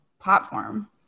platform